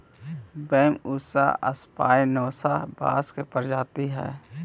Bambusa spinosa बाँस के प्रजाति हइ